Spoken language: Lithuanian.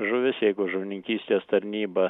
žuvis jeigu žuvininkystės tarnyba